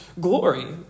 glory